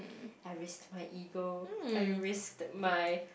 I risk my ego I risk my